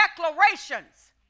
declarations